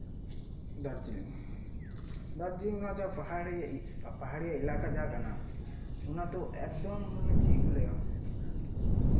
ᱫᱟᱨᱡᱤᱞᱤᱝ ᱫᱟᱨᱡᱤᱞᱤᱝ ᱨᱮᱱᱟᱜ ᱯᱟᱦᱟᱲᱤ ᱡᱟ ᱮᱞᱟᱠᱟ ᱚᱱᱟ ᱯᱟᱦᱟᱲᱤ ᱡᱟ ᱮᱞᱟᱠᱟ ᱤᱭᱟᱹ ᱠᱟᱱᱟ ᱚᱱᱟᱫᱚ ᱮᱠᱫᱚᱢ ᱢᱟᱱᱮ ᱪᱮᱫ ᱠᱚ ᱞᱟᱹᱭᱟ